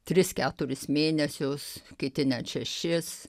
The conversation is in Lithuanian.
tris keturis mėnesius kiti net šešis